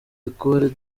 ecole